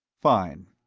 fine.